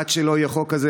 עד שלא יהיה חוק כזה,